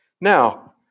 Now